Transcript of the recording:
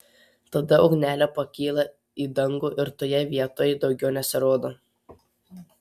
tada ugnelė pakyla į dangų ir toje vietoj daugiau nesirodo